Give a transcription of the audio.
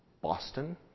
Boston